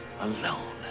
alone